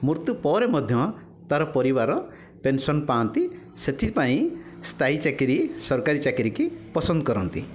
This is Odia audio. ମୃତ୍ୟୁ ପରେ ମଧ୍ୟ ତାର ପରିବାର ପେନ୍ସନ୍ ପାଆନ୍ତି ସେଥିପାଇଁ ସ୍ଥାୟୀ ଚାକିରି ସରକାରୀ ଚାକିରିକି ପସନ୍ଦ କରନ୍ତି